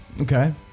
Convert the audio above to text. Okay